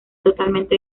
totalmente